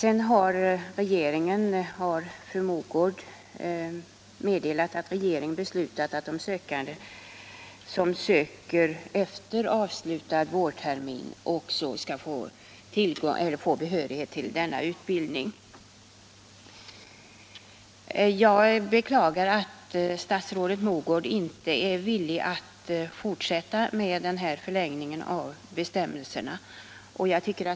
Fru Mogård har sedan meddelat att regeringen beslutat att sökande efter avslutad vårtermin 1977 också skall få behörighet för denna utbildning. Jag beklagar att statsrådet Mogård inte är villig att förlänga dessa övergångsbestämmelser.